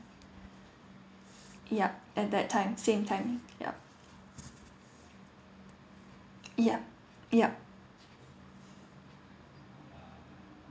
yup at that time same time yup yup yup